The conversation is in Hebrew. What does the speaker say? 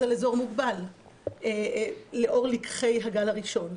על אזור מוגבל לאור לקחי הגל הראשון.